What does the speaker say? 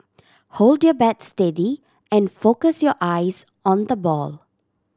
hold your bat steady and focus your eyes on the ball